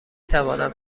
توانم